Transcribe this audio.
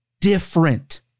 different